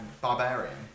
Barbarian